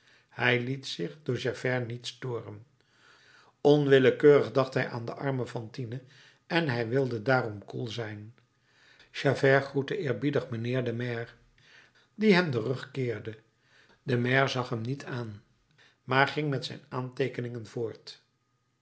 hij liet zich door javert niet storen onwillekeurig dacht hij aan de arme fantine en hij wilde daarom koel zijn javert groette eerbiedig mijnheer den maire die hem den rug keerde de maire zag hem niet aan maar ging met zijn aanteekeningen voort